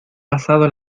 pasado